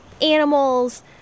animals